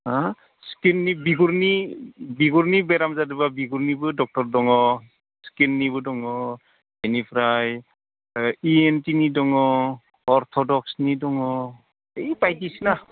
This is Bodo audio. हा स्किननि बिगुरनि बेराम जादोंबा बिगुरनिबो डक्ट'र दङ स्किननिबो दङ बेनिफ्राय इ एन टिनि दङ अर्थपेदिक्सनि दङ ओय बायदिसिना